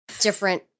different